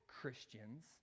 Christians